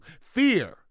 Fear